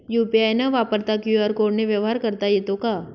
UPI न वापरता QR कोडने व्यवहार करता येतो का?